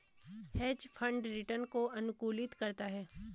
hedge fund return को अनुकूलित करता है